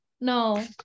No